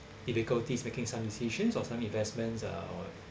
difficulties making some decisions or some investments uh